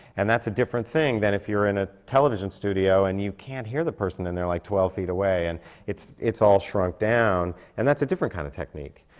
and that's a different thing than if you're in a television studio and you can't hear the person and they're like twelve feet away. and it's it's all shrunk down. and that's a different kind of technique.